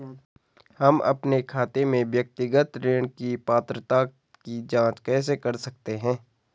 हम अपने खाते में व्यक्तिगत ऋण की पात्रता की जांच कैसे कर सकते हैं?